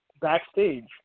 backstage